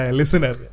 listener